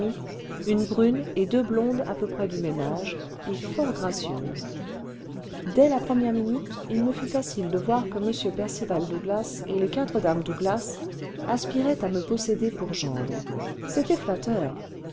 une brune et deux blendes à peu près du même âge et fort gracieuses dès la première minute il me fut facile de voir que m percival douglas et les quatre dames douglas aspiraient à me posséder pour gendre c'était flatteur